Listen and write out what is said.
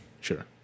sure